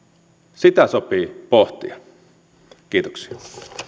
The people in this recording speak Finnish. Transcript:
sitä sopii pohtia kiitoksia